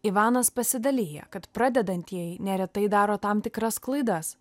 ivanas pasidalija kad pradedantieji neretai daro tam tikras klaidas